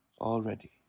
already